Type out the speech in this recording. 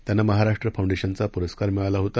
त्यांना महाराष्ट्र फाउंडेशनचा पुरस्कार मिळाला होता